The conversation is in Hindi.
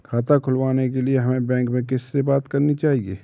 खाता खुलवाने के लिए हमें बैंक में किससे बात करनी चाहिए?